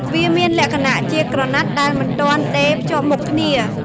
វាមានលក្ខណៈជាក្រណាត់ដែលមិនទាន់ដេរភ្ជាប់មុខគ្នា។